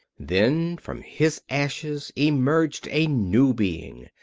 then from his ashes emerged a new being.